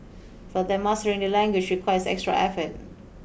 for them mastering the language requires extra effort